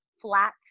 flat